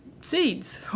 seeds